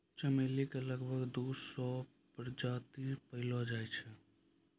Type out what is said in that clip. चमेली के लगभग दू सौ प्रजाति पैएलो जाय छै